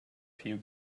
few